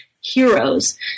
heroes